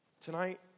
Tonight